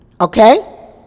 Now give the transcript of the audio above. Okay